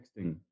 texting